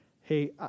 hey